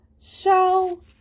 show